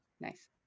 nice